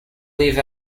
leave